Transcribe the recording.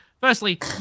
firstly